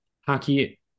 hockey